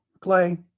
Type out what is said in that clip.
Clay